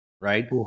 Right